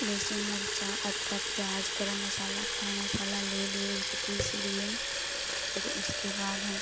लहसुन मिर्च अदरक प्याज़ गरम मसाला खड़ा मसाला ले लिए उसे पीस लिए फिर उसके बाद हम